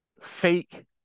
fake